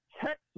Texas